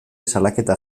salaketa